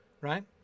right